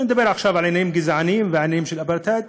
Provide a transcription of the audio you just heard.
אני לא מדבר עכשיו על עניינים גזעניים ועניינים של אפרטהייד,